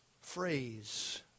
phrase